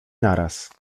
naraz